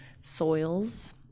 soils